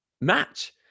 match